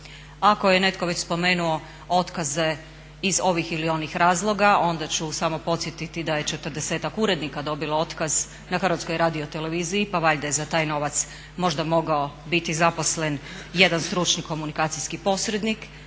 Ako je netko već spomenuo otkaze iz ovih ili onih razloga onda ću samo podsjetiti da je 40-tak urednika dobilo otkaz na Hrvatskoj radioteleviziji, pa valjda je za taj novac možda mogao biti zaposlen jedan stručni komunikacijski posrednik.